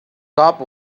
cop